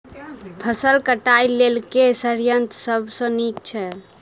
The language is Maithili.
फसल कटाई लेल केँ संयंत्र सब नीक छै?